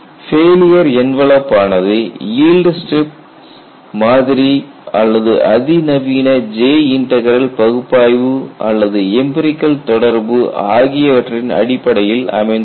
failure envelope ஆனது yield strip மாதிரி அல்லது அதிநவீன J இன்டக்ரல் பகுப்பாய்வு அல்லது எம்பிரிகல் தொடர்பு ஆகியவற்றின் அடிப்படையில் அமைந்துள்ளது